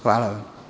Hvala.